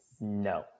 No